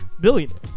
billionaire